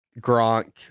Gronk